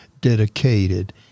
dedicated